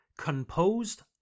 composed